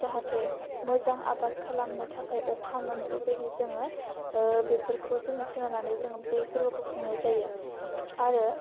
जाहाथे मोजां आबाद खालामनो थाखाय अखा मोनो बेबायदि जोङो बेफोरखौ जोङो सोनारनानै जोङो बे फोरबोखौ खुंनाय जायो आरो